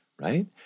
right